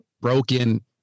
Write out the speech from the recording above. broken